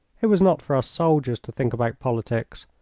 it was not for us soldiers to think about politics,